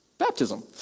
baptism